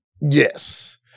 Yes